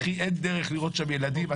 אין דרך לראות שם ילדים.